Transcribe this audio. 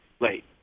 late